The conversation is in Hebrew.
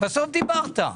בסוף דיברת.